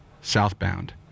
southbound